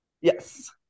Yes